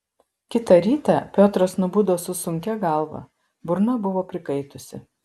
kitą rytą piotras nubudo su sunkia galva burna buvo prikaitusi